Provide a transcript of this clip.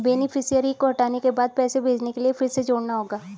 beneficiary को हटाने के बाद पैसे भेजने के लिए फिर से जोड़ना होगा